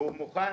והוא מוכן,